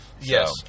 Yes